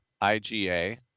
I-G-A